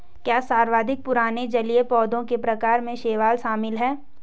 क्या सर्वाधिक पुराने जलीय पौधों के प्रकार में शैवाल शामिल है?